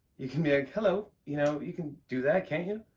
you can be like, hello. you know, you can do that, can't you?